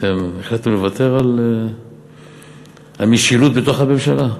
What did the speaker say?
אתם החלטתם לוותר על המשילות בתוך הממשלה?